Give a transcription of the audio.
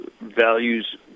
values